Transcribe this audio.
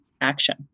action